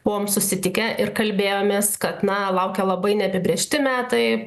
buvom susitikę ir kalbėjomės kad na laukia labai neapibrėžti metai